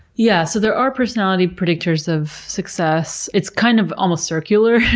yeah, so there are personality predictors of success. it's kind of, almost, circular.